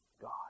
God